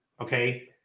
okay